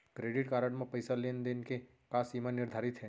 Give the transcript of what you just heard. Credit card म पइसा लेन देन के का सीमा निर्धारित हे?